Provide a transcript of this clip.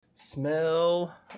Smell